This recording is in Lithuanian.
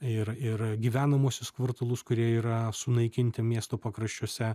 ir ir gyvenamuosius kvartalus kurie yra sunaikinti miesto pakraščiuose